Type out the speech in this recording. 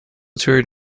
toured